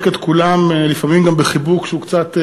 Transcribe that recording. את כולם לפעמים גם בחיבוק שהוא קצת מעיק,